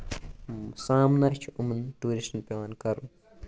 سَمانہٕ چھُ یِمَن ٹوٗرِسٹن پیوان کَرُن